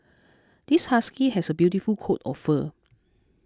this husky has a beautiful coat of fur